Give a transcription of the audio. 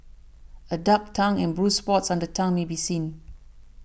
a dark tongue and bruised spots on the tongue may be seen